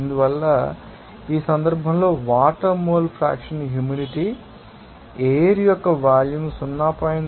ఇప్పుడు అందువల్ల ఈ సందర్భంలో water mole fraction humidity air యొక్క మోల్కు 0